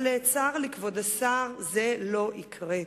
צר לי, כבוד השר, זה לא יקרה,